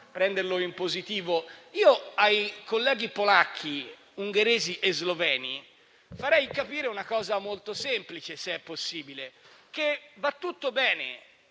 prenderlo in positivo. Ai colleghi polacchi, ungheresi e sloveni farei capire una cosa molto semplice, se è possibile: va bene